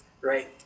Right